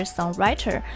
Songwriter